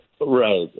Right